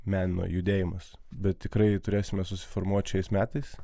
meno judėjimas bet tikrai turėsime susiformuoti šiais metais